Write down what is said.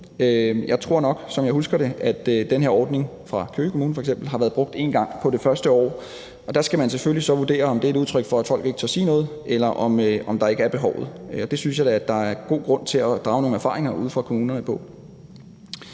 fald sådan som jeg husker det, at den her ordning, f.eks. i Køge Kommune, har været brugt én gang på det første år. Der skal man så selvfølgelig vurdere, om det er et udtryk for, at folk ikke tør sige noget, eller om der ikke er et behov. Og der synes jeg da, der er god grund til at drage nogle erfaringer fra de kommuner.